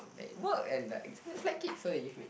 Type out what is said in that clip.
like it work and like just like it so if it